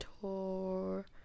tour